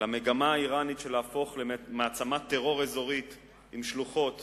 למגמה האירנית להפוך למעצמת טרור אזורית עם שלוחות